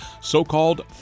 So-called